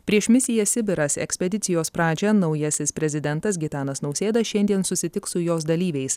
prieš misija sibiras ekspedicijos pradžią naujasis prezidentas gitanas nausėda šiandien susitiks su jos dalyviais